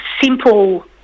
simple